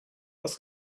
was